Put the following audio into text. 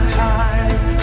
time